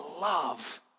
love